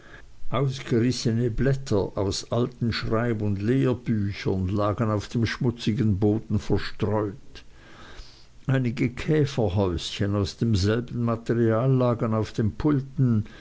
ausgerissene blätter aus alten schreib und lehrbüchern lagen auf dem schmutzigen boden verstreut einige käferhäuschen aus demselben material lagen auf den pulten